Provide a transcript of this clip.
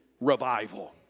revival